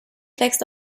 wächst